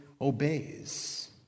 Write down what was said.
obeys